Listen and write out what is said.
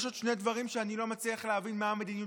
יש עוד שני דברים שאני לא מצליח להבין מה המדיניות